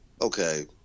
Okay